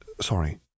Sorry